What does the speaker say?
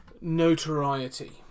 notoriety